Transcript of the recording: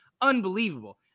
unbelievable